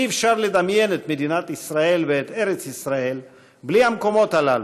אי-אפשר לדמיין את מדינת ישראל ואת ארץ ישראל בלי המקומות הללו,